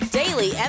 daily